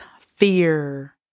fear